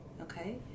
Okay